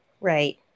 right